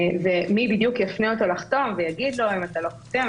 מי בדיוק יפנה אותו לחתום ויגיד לו שאם הוא לא חותם,